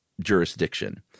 jurisdiction